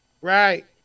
Right